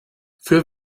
für